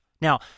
Now